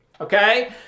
okay